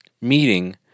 meeting